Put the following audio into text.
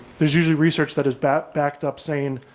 there's usually research that is backed backed up saying,